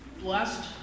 blessed